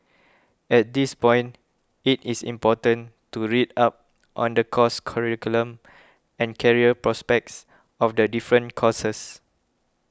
at this point it is important to read up on the course curriculum and career prospects of the different courses